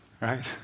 right